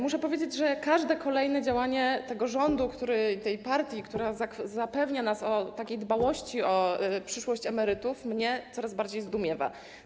Muszę powiedzieć, że każde kolejne działanie tego rządu, tej partii, która zapewnia nas o takiej dbałości o przyszłość emerytów, mnie coraz bardziej zdumiewa.